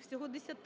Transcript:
Всього 10)